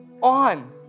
on